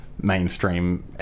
mainstream